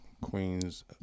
Queens